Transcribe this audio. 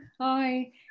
hi